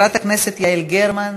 חברת הכנסת יעל גרמן,